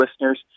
listeners